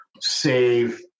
save